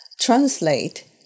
translate